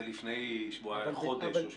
ולפני חודש או שבועיים?